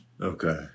Okay